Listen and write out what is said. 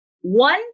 One